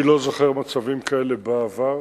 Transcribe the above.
אני לא זוכר מצבים כאלה בעבר,